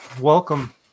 Welcome